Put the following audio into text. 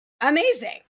Amazing